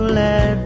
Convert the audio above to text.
let